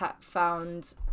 found